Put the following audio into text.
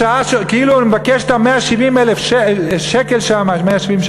בשעה שהוא כאילו מבקש את 170 השקל בחודש,